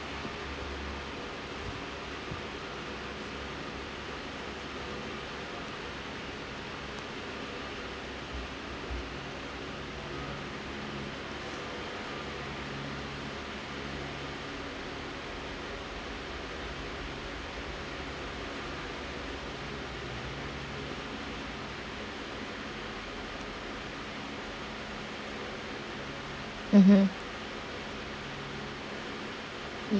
mmhmm